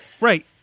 Right